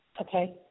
okay